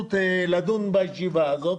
הזדמנות לדון בישיבה הזאת